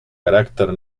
caràcter